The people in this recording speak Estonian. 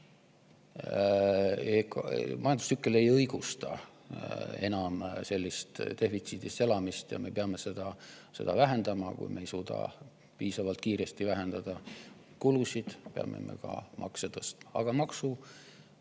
majandustsükkel ei õigusta enam sellist defitsiidis elamist ja me peame seda vähendama. Kui me ei suuda piisavalt kiiresti vähendada kulusid, peame ka makse tõstma.